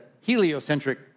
heliocentric